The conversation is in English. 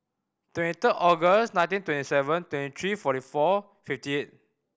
twenty third August nineteen twenty seven twenty three forty four fifty eight